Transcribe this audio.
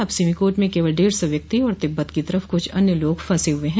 अब सिमिकोट में केवल डेढ़ सौ व्यक्ति और तिब्बत की तरफ कुछ अन्य लोग फंसे हुए हैं